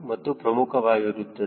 ಇದು ಪ್ರಮುಖವಾಗಿರುತ್ತದೆ